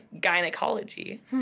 gynecology